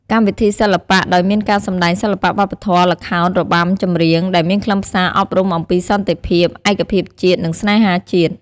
កម្មវិធីសិល្បៈ ដោយមានការសម្តែងសិល្បៈវប្បធម៌ ល្ខោន របាំ ចម្រៀង ដែលមានខ្លឹមសារអប់រំអំពីសន្តិភាព ឯកភាពជាតិ និងស្នេហាជាតិ។